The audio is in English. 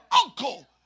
uncle